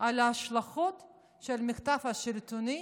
על ההשלכות של המחטף השלטוני